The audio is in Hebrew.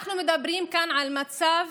אנחנו מדברים כאן על מצב